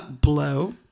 Blow